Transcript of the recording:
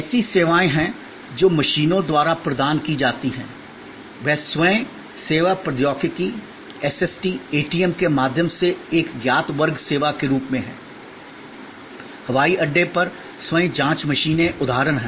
ऐसी सेवाएं हैं जो मशीनों द्वारा प्रदान की जाती हैं वे स्वयं सेवा प्रौद्योगिकी एसएसटी एटीएम के माध्यम से एक ज्ञात वर्ग सेवा के रूप में हैं हवाई अड्डे पर स्वयं जाँच मशीनें उदाहरण हैं